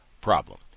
problem